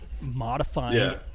modifying